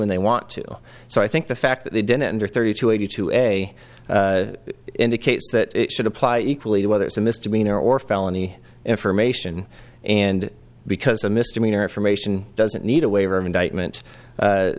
and they want to so i think the fact that they didn't enter thirty to eighty two a indicates that it should apply equally to whether it's a misdemeanor or felony information and because a misdemeanor information doesn't need a waiver of indictment